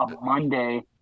Monday